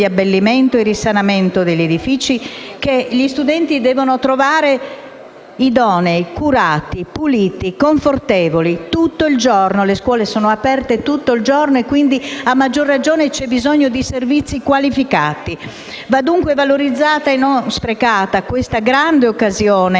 di abbellimento e risanamento degli edifici, che gli studenti devono trovare curati, puliti e confortevoli tutto il giorno. Le scuole sono aperte tutto il giorno e, quindi, a maggior ragione c'è bisogno di servizi qualificati. Va dunque valorizzata e non sprecata questa grande occasione